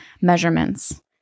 measurements